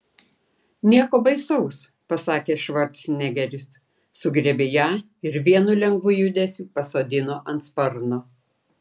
nieko baisaus pasakė švarcnegeris sugriebė ją ir vienu lengvu judesiu pasodino ant sparno